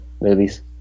movies